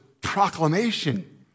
proclamation